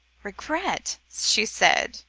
regret? she said.